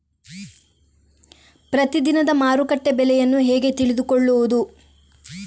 ಪ್ರತಿದಿನದ ಮಾರುಕಟ್ಟೆ ಬೆಲೆಯನ್ನು ಹೇಗೆ ತಿಳಿದುಕೊಳ್ಳುವುದು?